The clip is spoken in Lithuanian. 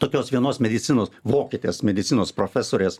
tokios vienos medicinos vokietės medicinos profesorės